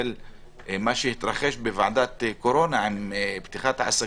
מה שהתרחש בוועדת הקורונה עם פתיחת העסקים,